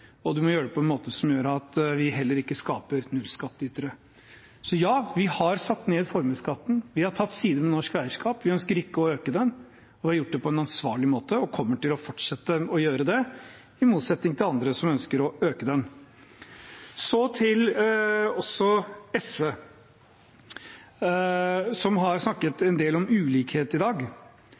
og man må gjøre det på en måte som gjør at vi heller ikke skaper nullskattytere. Så ja, vi har satt ned formuesskatten. Vi har tatt side med norsk eierskap. Vi ønsker ikke å øke den og har gjort det på en ansvarlig måte, og vi kommer til å fortsette å gjøre det, i motsetning til andre som ønsker å øke den. Så til SV, som har snakket en del om ulikhet i dag: